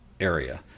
area